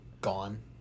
Gone